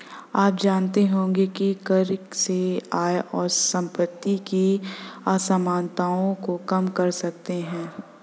आप जानते होंगे की कर से आय और सम्पति की असमनताओं को कम कर सकते है?